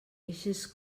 eixes